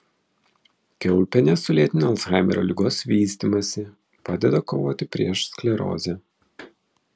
kiaulpienės sulėtina alzhaimerio ligos vystymąsi padeda kovoti prieš sklerozę